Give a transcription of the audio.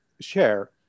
share